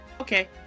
Okay